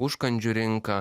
užkandžių rinką